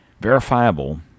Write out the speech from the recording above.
verifiable